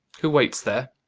who waits there?